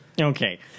Okay